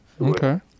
okay